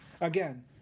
again